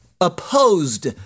opposed